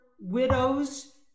widows